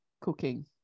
cooking